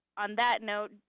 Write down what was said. on that note,